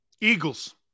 Eagles